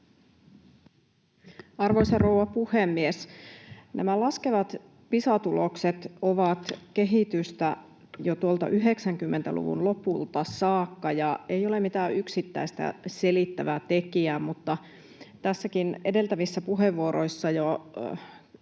Arvoisa rouva puhemies! Nämä laskevat Pisa-tulokset ovat kehitystä jo tuolta 90-luvun lopulta saakka, ja ei ole mitään yksittäistä selittävää tekijää, mutta tässäkin edeltävissä puheenvuoroissa jo